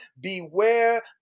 beware